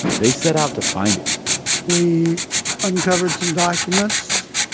they set out to find it we uncovered some documents,